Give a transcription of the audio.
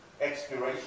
expiration